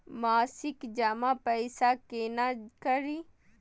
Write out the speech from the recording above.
मासिक जमा पैसा केना करी?